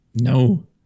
No